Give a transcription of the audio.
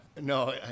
No